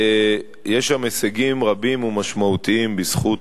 יש שם הישגים רבים ומשמעותיים בזכות